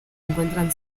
encuentran